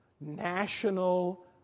national